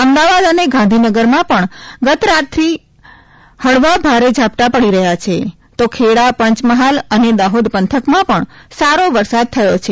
અમદાવાદ અને ગાંધીનગરમાં પણ ગઇરાત થી હળવા ભારે ઝાપટાં પડી રહ્યા છે તો ખેડા પંચમહાલ અને દાહોદ પંથકમાં પણ સારો વરસાદ થયો છે